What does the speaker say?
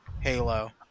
Halo